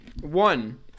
one